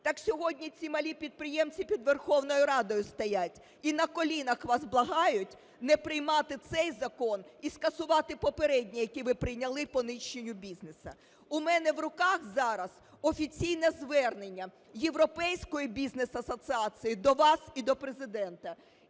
Так сьогодні ці малі підприємці під Верховною Радою стоять і на колінах вас благають не приймати цей закон і скасувати попередній, який ви прийняли по нищенню бізнесу. У мене в руках зараз офіційне звернення Європейської Бізнес Асоціації до вас і до Президента,